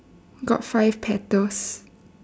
got five petals